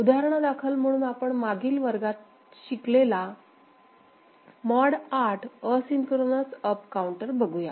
उदाहरणादाखल म्हणून आपण मागील वर्गात मध्ये शिकलेला मॉड 8 असिंक्रोनस अप काउंटर बघूया